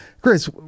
Chris